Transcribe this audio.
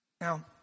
Now